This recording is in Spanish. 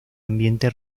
ambiente